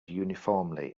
uniformly